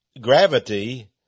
gravity